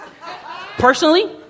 personally